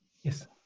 Yes